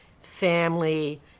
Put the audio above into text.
family